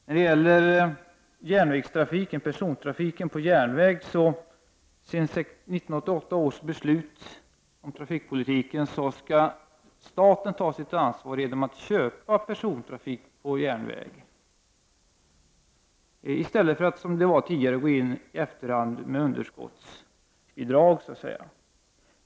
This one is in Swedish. När det gäller persontrafiken på järnväg skall staten enligt ett beslut från 1988 ta sitt ansvar genom att köpa persontrafik på järnväg i stället för att i efterhand gå in med underskottsbidrag så att säga.